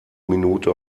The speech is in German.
minute